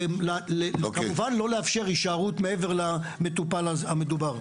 כמובן לא לאפשר הישארות מעבר למטופל המדובר.